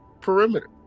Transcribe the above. perimeter